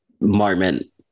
moment